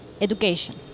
education